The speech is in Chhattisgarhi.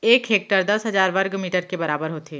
एक हेक्टर दस हजार वर्ग मीटर के बराबर होथे